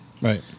Right